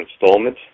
installment